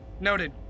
Noted